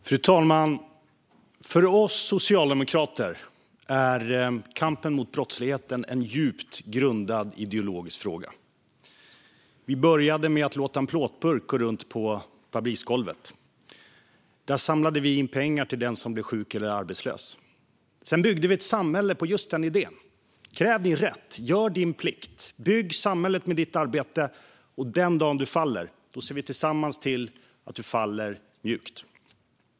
Fru talman! För oss socialdemokrater är kampen mot brottsligheten en djupt ideologiskt grundad fråga. Vi började med att låta en plåtburk gå runt på fabriksgolvet. Där samlade vi in pengar till den som blev sjuk eller arbetslös. Sedan byggde vi ett samhälle på just den idén: Kräv din rätt, gör din plikt. Bygg samhället med ditt arbete. Och den dagen du faller ser vi tillsammans till att du landar mjukt.